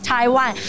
Taiwan